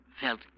Felt